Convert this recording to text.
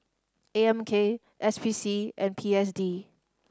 A M K S P C and P S D